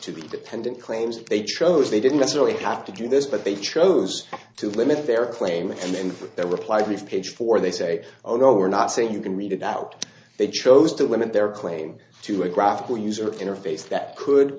to be dependent claims if they chose they didn't necessarily have to do this but they chose to limit their claim in their reply brief page for they say oh no we're not saying you can read it out they chose to limit their claim to a graphical user interface that could